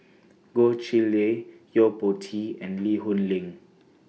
Goh Chiew Lye Yo Po Tee and Lee Hoon Leong